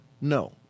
No